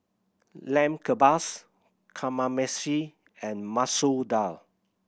Lamb Kebabs Kamameshi and Masoor Dal